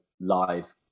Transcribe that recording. live